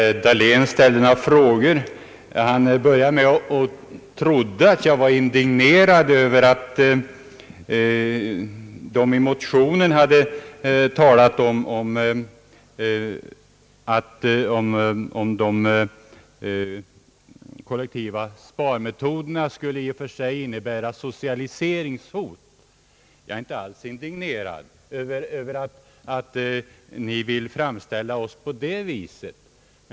Herr Dahlén ställde några frågor. Han trodde att jag var indignerad över att motionärerna hade talat om att de kollektiva sparmetoderna i och för sig skulle innebära ett socialiseringshot. Jag är inte alls indignerad över att ni vill framställa oss på det viset.